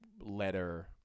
letter